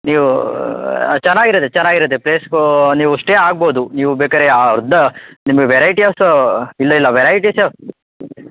ನೀವು ಚೆನ್ನಾಗಿರುತ್ತೆ ಚೆನ್ನಾಗಿರುತ್ತೆ ಪ್ಲೇಸ್ದು ನೀವು ಸ್ಟೇ ಆಗ್ಬೋದು ನೀವು ಬೇಕಾದ್ರೆ ಅರ್ಧ ನಿಮಗೆ ವೆರೈಟಿ ಆಫ್ಸ್ ಇಲ್ಲ ಇಲ್ಲ ವೆರೈಟಿಸ್ ಆಫ್